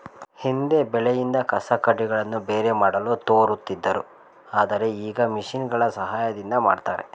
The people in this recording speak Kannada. ಹಿಂದೆ ಬೆಳೆಯಿಂದ ಕಸಕಡ್ಡಿಗಳನ್ನು ಬೇರೆ ಮಾಡಲು ತೋರುತ್ತಿದ್ದರು ಆದರೆ ಈಗ ಮಿಷಿನ್ಗಳ ಸಹಾಯದಿಂದ ಮಾಡ್ತರೆ